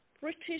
British